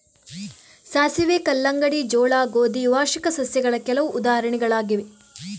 ಸಾಸಿವೆ, ಕಲ್ಲಂಗಡಿ, ಜೋಳ, ಗೋಧಿ ವಾರ್ಷಿಕ ಸಸ್ಯಗಳ ಕೆಲವು ಉದಾಹರಣೆಗಳಾಗಿವೆ